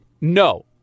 no